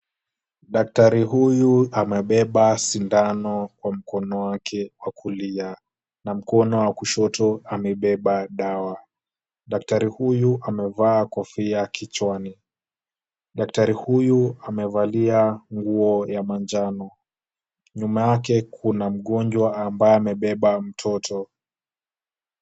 Daktari huyu amebeba sindano kwa mkono wake wa kulia na mkono wa kushoto amebeba dawa. Daktari huyu amevaa kofia kichwani. Daktari huyu amevalia nguo ya manjano, nyuma yake kuna mgonjwa ambaye amebeba mtoto.